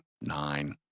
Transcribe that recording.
nine